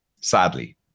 sadly